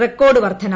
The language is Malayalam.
റെക്കോർഡ് വർദ്ധന